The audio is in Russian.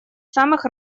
самых